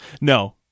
No